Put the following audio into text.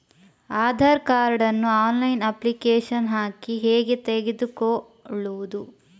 Aadhaar card ನ್ನು online application ಹಾಕಿ ಹೇಗೆ ತೆಗೆದುಕೊಳ್ಳುವುದು?